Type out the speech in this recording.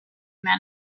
men